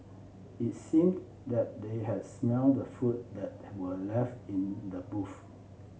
it seemed that they had smelt the food that were left in the booth